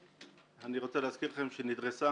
אני רוצה להזכיר לכם שהיא נדרסה